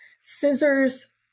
Scissors